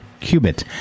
qubit